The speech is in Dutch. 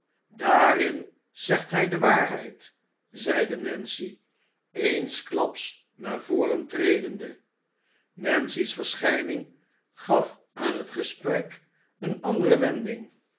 daarin zegt hij de waarheid zeide nancy eensklaps naar voren tredende nancy's verschijning gaf aan het gesprek eene andere wending